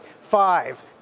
five